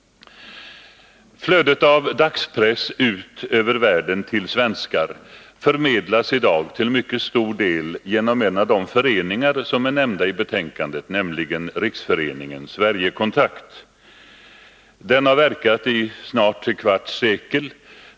Flödet av dagspress ut över världen till svenskar förmedlas i dag till mycket stor del av en av de föreningar som är nämnda i betänkandet, nämligen Riksföreningen för Sverigekontakt. Den har verkat i snart tre kvarts sekel.